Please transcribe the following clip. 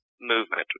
movement